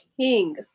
king